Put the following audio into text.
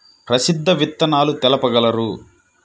ప్రసిద్ధ విత్తనాలు తెలుపగలరు?